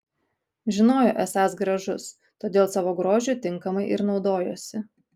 žinojo esąs gražus todėl savo grožiu tinkamai ir naudojosi